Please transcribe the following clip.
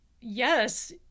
yes